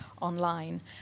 online